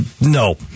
No